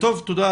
תודה.